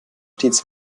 stets